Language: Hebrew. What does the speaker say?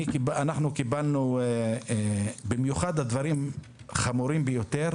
אנחנו קיבלנו דברים חמורים ביותר